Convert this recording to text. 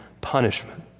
punishment